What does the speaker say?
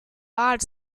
art